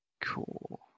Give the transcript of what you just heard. Cool